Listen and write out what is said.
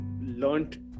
learned